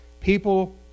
people